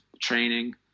training